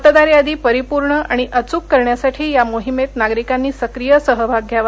मतदार यादी परिपूर्ण आणि अच्क करण्यासाठी या मोहिमेत नागरिकांनी सक्रीय सहभाग घ्यावा